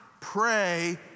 Pray